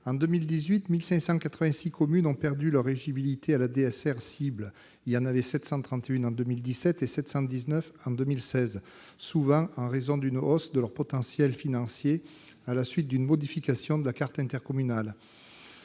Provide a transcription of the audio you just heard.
En 2018, 1 586 communes ont perdu leur éligibilité à la DSR « cible »- ce chiffre s'élevait à 731 en 2017 et à 719 en 2016 -, souvent en raison d'une hausse de leur potentiel financier à la suite d'une modification de la carte intercommunale.